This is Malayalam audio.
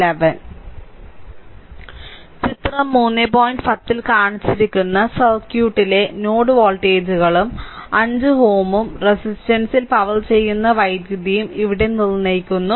10 ൽ കാണിച്ചിരിക്കുന്ന സർക്യൂട്ടിലെ നോഡ് വോൾട്ടേജുകളും 5 Ωs റെസിസ്റ്ററിൽ പവർ ചെയ്യുന്ന വൈദ്യുതിയും ഇവിടെ നിർണ്ണയിക്കുന്നു